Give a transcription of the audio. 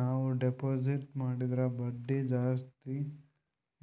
ನಾವು ಡೆಪಾಜಿಟ್ ಮಾಡಿದರ ಬಡ್ಡಿ ಜಾಸ್ತಿ